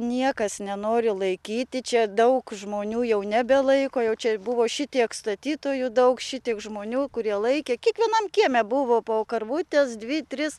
niekas nenori laikyti čia daug žmonių jau nebelaiko jau čia buvo šitiek statytojų daug šitiek žmonių kurie laikė kiekvienam kieme buvo po karvutes dvi tris